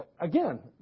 Again